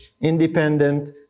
independent